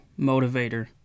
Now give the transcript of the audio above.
motivator